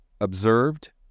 observed